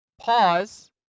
pause